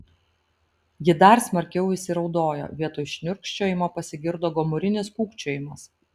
ji dar smarkiau įsiraudojo vietoj šniurkščiojimo pasigirdo gomurinis kūkčiojimas